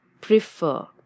prefer